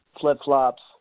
flip-flops